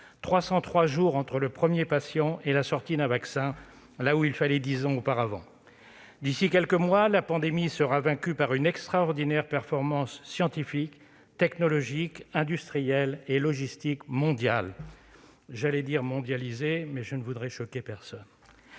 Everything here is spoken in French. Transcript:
303 jours entre le premier patient et la sortie d'un vaccin, là où il fallait dix ans auparavant. D'ici à quelques mois, la pandémie sera vaincue par une extraordinaire performance scientifique, technologique, industrielle et logistique mondiale- j'allais dire mondialisée, mais je ne voudrais choquer personne